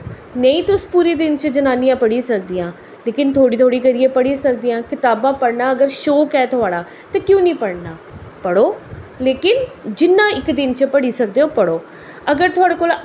नेईं तुस पूरे दिन च जनानियां पढ़ी सकदियां लेकिन थोह्ड़ी थोह्ड़ी करियै पढ़ी सकदियां किताबां पढ़ना शौंक ऐ अगर शौंक ऐ थोआढ़ा ते क्यों नी पढ़ना पढ़ो लेकिन जिन्ना इक दिन च पढ़ी सकदे ओ पढ़ो अगर थोआड़े कोला दा